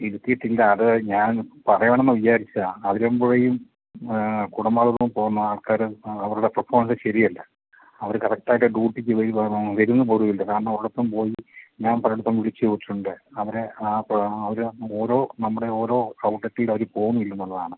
തിരുത്തീട്ടില്ല അത് ഞാൻ പറയണമെന്ന് വിചാരിച്ചതാ അതിരമ്പുഴയും കുടമാളൂരും പോവുന്ന ആൾക്കാർ ആ അവരുടെ പെർഫോമൻസ് ശരിയല്ല അവർ കറക്റ്റായിറ്റ് ഡ്യൂട്ടിക്ക് വരുകയാണോ വരുന്നുപോലും ഇല്ല കാരണം ഒരിടത്തും പോയി ഞാൻ പലയിടത്തും വിളിച്ച് ചോദിച്ചിട്ടുണ്ട് അവരെ ആ അപ്പോൾ അവർ ഓരോ നമ്മുടെ ഓരോ കൂട്ടത്തിലവർ പോവുന്നില്ലെന്നുള്ളതാണ്